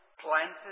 planted